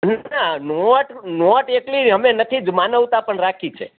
ના note note એટલી જ અમે નથી જ માનવતા પણ રાખી છે